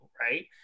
right